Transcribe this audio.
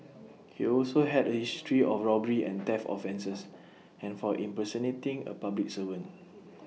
he also had A history of robbery and theft offences and for impersonating A public servant